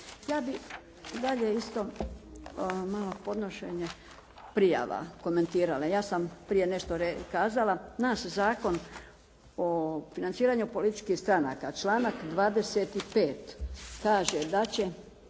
Ja bih dalje isto malo podnošenje prijava komentirala. Ja sam prije nešto kazala, naš Zakon o financiranju političkih stranaka članak 25. kaže da će,